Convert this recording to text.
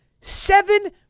Seven